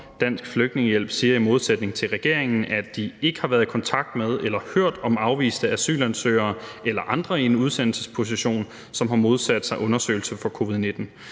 Dansk Flygtningehjælp siger i modsætning til regeringen, at de ikke har været i kontakt med eller hørt om afviste asylansøgere eller andre i en udsendelsesposition, som har modsat sig undersøgelse for covid-19.